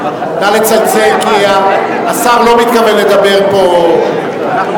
נא לצלצל, כי השר לא מתכוון לדבר פה בפיליבסטר.